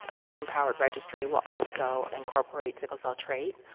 ah patient-powered registry will also incorporate sickle cell trait.